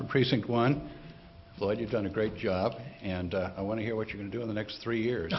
precinct one but you've done a great job and i want to hear what you can do in the next three years